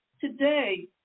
Today